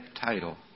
title